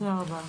תודה רבה.